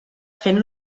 fent